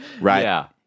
Right